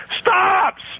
Stops